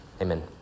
Amen